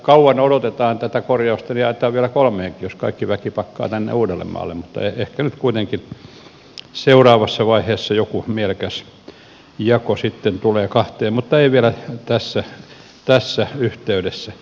ja jos tätä korjausta kauan odotetaan niin jaetaan vielä kolmeenkin jos kaikki väki pakkaa tänne uudellemaalle mutta ehkä nyt kuitenkin seuraavassa vaiheessa joku mielekäs jako sitten tulee kahteen mutta ei vielä tässä yhteydessä